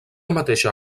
mateixa